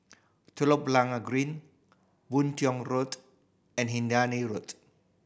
Telok Blangah Green Boon Tiong Road and Hindhede Road